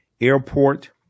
airport